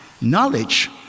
Knowledge